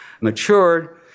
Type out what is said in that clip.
matured